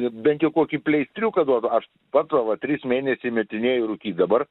bent jau kokį pleistriuką duotų aš pats va trys mėnesiai metinėju rūkyt dabar